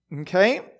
Okay